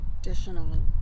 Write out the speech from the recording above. additional